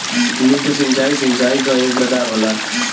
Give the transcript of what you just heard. lift सिंचाई, सिंचाई क एक प्रकार होला